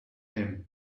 him